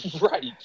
Right